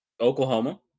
Oklahoma